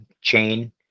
chain